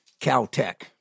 Caltech